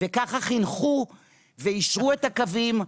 ככה חינכו ויישרו את הקווים ולימדו.